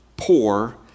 poor